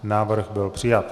Návrh byl přijat.